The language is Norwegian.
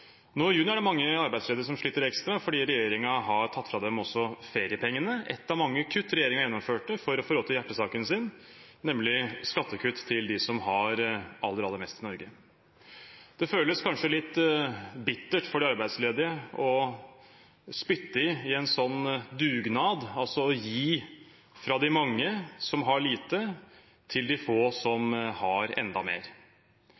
Nå i juni er det mange arbeidsledige som sliter ekstra, fordi regjeringen har tatt fra dem også feriepengene, et av mange kutt regjeringen gjennomførte for å få råd til hjertesaken sin, nemlig skattekutt til dem som har aller, aller mest i Norge. Det føles kanskje litt bittert for de arbeidsledige å spytte i en sånn dugnad – altså å gi fra de mange som har lite, til de få som har enda mer.